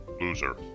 Loser